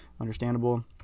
Understandable